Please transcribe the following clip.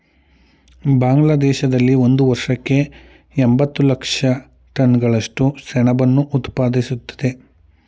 ಬಾಂಗ್ಲಾದೇಶದಲ್ಲಿ ಒಂದು ವರ್ಷಕ್ಕೆ ಎಂಬತ್ತು ಲಕ್ಷ ಟನ್ಗಳಷ್ಟು ಸೆಣಬನ್ನು ಉತ್ಪಾದಿಸ್ತದೆ